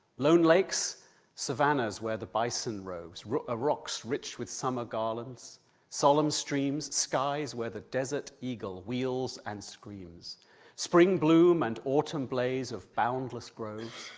lone lakes savannahs where the bison roves ah rocks rich with summer garlands solemn streams skies, where the desert eagle wheels and screams spring bloom and autumn blaze of boundless groves.